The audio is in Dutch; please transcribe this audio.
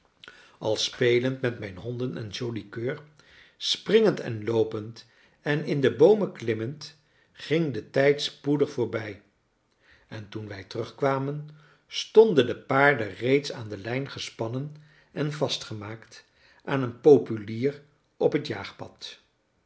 al spelend met mijn honden en joli coeur springend en loopend en in de boomen klimmend ging de tijd spoedig voorbij en toen wij terugkwamen stonden de paarden reeds aan de lijn gespannen en vastgemaakt aan een populier op het jaagpad